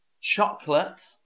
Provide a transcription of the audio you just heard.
chocolate